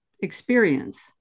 experience